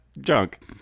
junk